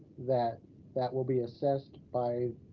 that that will be assessed by